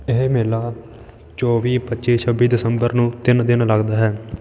ਇਹ ਮੇਲਾ ਚੌਵੀ ਪੱਚੀ ਛੱਬੀ ਦਸੰਬਰ ਨੂੰ ਤਿੰਨ ਦਿਨ ਲੱਗਦਾ ਹੈ